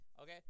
okay